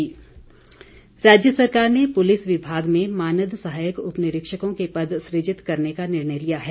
मुख्यमंत्री पुलिस राज्य सरकार ने पुलिस विभाग में मानद सहायक उपनिरीक्षकों के पद सृजित करने का निर्णय लिया है